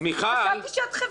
חשבתי שאת חברתית.